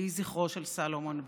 יהי זכרו של סלומון ברוך.